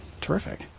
Terrific